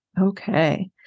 Okay